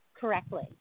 correctly